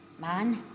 Man